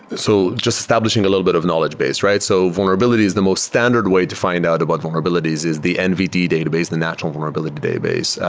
so just establishing a little bit of knowledge base, right? so vulnerability is the most standard way to fi nd out about vulnerabilities, is the nvd database, the natural vulnerability database,